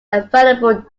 available